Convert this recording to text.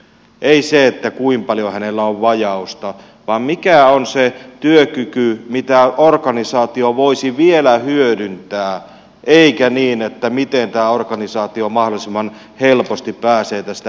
ei sitä kuinka paljon hänellä on vajausta vaan mikä on se työkyky mitä organisaatio voisi vielä hyödyntää eikä niin että miten tämä organisaatio mahdollisimman helposti pääsee tästä ihmisestä eroon